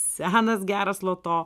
senas geras loto